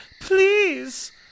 please